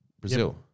Brazil